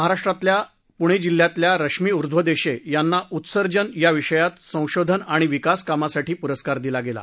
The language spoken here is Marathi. महाराष्ट्रातल्या पुणे जिल्ह्यातल्या रश्मी ऊर्ध्वदेशे यांना उत्सर्जन या विषयात संशोधन आणि विकास कामासाठी पुरस्कार दिला गेला